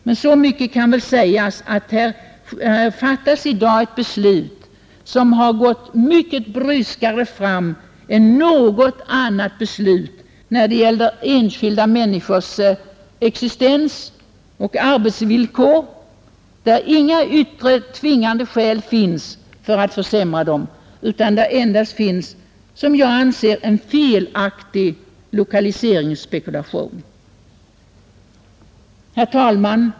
Men så mycket kan väl sägas som att i dag fattas ett beslut som föregåtts av mycket större bryskhet när det gäller enskilda människors existens och arbetsvillkor än något annat beslut. Inga yttre skäl finns till att försämra arbetsvillkoren utan det hela är endast, anser jag, en felaktig lokaliseringsspekulation. Herr talman!